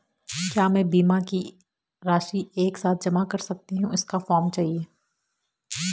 क्या मैं बीमा की राशि एक साथ जमा कर सकती हूँ इसका फॉर्म चाहिए?